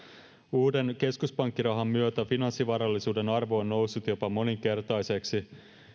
uuden keskuspankkirahan myötä finanssivarallisuuden arvo on noussut jopa moninkertaiseksi